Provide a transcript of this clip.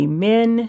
Amen